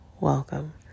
welcome